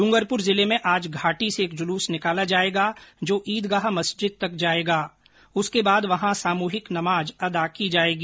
डूंगरपुर जिले में आज घाटी से एक जुलूस निकाला जायेगा जो ईदगाह मस्जिद तक जायेगा उसके बाद वहां सामुहिक नमाज अदा की जायेगी